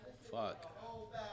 Fuck